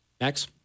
Max